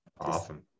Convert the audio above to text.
awesome